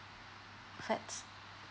flats